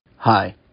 Hi